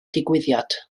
digwyddiad